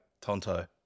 Tonto